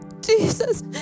Jesus